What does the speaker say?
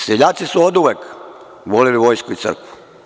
Seljaci su oduvek voleli vojsku i crkvu.